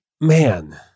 man